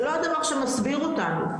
זה לא דבר שמסביר אותנו,